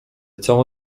całą